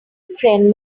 friend